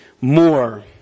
more